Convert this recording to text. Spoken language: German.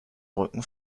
rücken